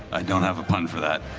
i don't have a pun for that.